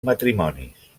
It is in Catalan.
matrimonis